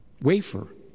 wafer